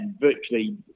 virtually